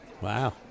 Wow